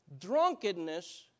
drunkenness